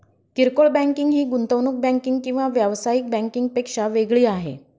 किरकोळ बँकिंग ही गुंतवणूक बँकिंग किंवा व्यावसायिक बँकिंग पेक्षा वेगळी आहे